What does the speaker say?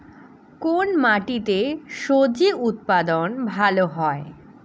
কোন মাটিতে স্বজি উৎপাদন ভালো হয়?